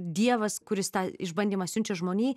dievas kuris tą išbandymą siunčia žmonijai